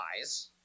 eyes